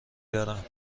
دارم